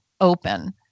open